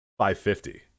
550